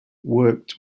worked